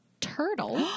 turtle